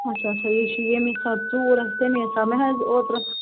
آچھا آچھا یہِ چھِ ییٚمہِ حساب ژوٗر آسہِ تَمی حساب مےٚ حظ اوترٕ